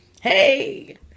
Hey